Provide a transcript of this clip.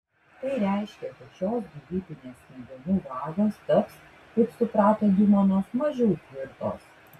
tai reiškia kad šios gyvybinės smegenų vagos taps kaip suprato diumonas mažiau tvirtos